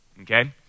okay